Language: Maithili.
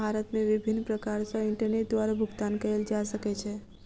भारत मे विभिन्न प्रकार सॅ इंटरनेट द्वारा भुगतान कयल जा सकै छै